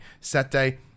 Saturday